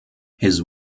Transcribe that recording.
his